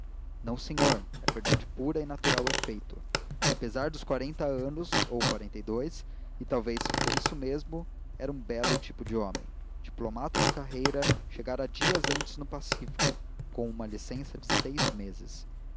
não senhor é verdade pura e natural efeito apesar dos quarenta anos ou quarenta e dois e talvez por isso mesmo era um belo tipo de homem diplomata de carreira chegara dias antes do pacífico com uma licença de seis meses